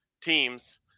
teams